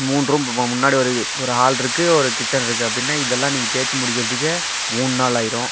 மூணு ரூம் முன்னாடி வரைக்கு ஒரு ஹால் இருக்குது ஒரு கிச்சன் இருக்குது அப்படின்னா இதெல்லாம் நீங்கள் தேய்ச்சி முடிக்கிறதுக்கே மூணு நாள் ஆயிடும்